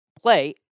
play